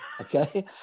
Okay